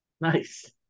nice